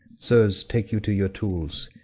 sirs, take you to your tools.